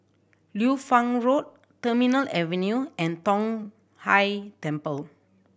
Liu Fang Road Terminal Avenue and Tong Whye Temple